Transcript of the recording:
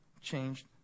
changed